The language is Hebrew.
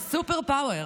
ל-super power,